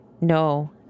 no